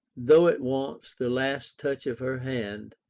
though it wants the last touch of her hand,